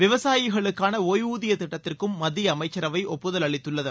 விவசாயிகளுக்கான ஒய்வூதிய திட்டத்திற்கும் மத்திய அமைச்சரவை ஒய்புதல் அளித்துள்ளது